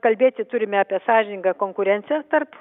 kalbėti turime apie sąžiningą konkurenciją tarp